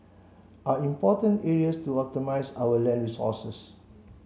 are important areas to optimise our land resources